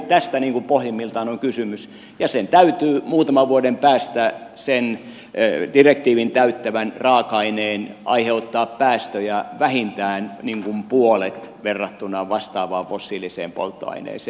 tästä pohjimmiltaan on kysymys ja sen täytyy muutaman vuoden päästä sen direktiivin täyttävän raaka aineen vähentää päästöjä vähintään puolet verrattuna vastaavaan fossiiliseen polttoaineeseen